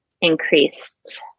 increased